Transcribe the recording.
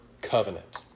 covenant